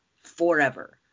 forever